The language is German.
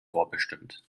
vorbestimmt